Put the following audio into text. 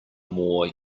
more